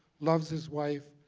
loves his wife,